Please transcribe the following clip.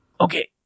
Okay